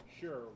Sure